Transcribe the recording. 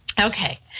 Okay